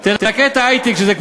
מדובר ביום חג ומועד שבו